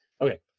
Okay